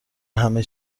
همه